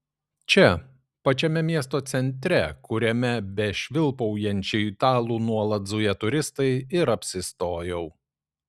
čia pačiame miesto centre kuriame be švilpaujančių italų nuolat zuja turistai ir apsistojau